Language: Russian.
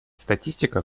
статистика